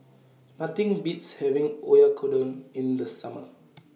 Nothing Beats having Oyakodon in The Summer